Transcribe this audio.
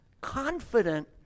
confident